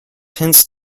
hence